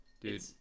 dude